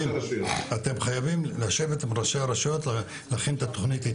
אתם חייבים לשבת עם ראשי הרשויות להכין את איתם את התוכנית.